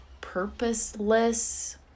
purposeless